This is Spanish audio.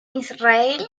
israel